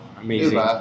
Amazing